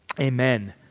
Amen